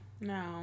no